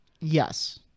Yes